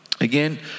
Again